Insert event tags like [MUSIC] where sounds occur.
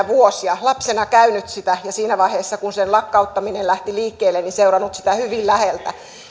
[UNINTELLIGIBLE] vuosia lapsena käynyt sitä ja siinä vaiheessa kun sen lakkauttaminen lähti liikkeelle seurannut sitä hyvin läheltä